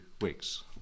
weeks